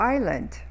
Island